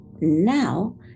now